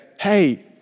hey